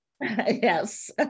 Yes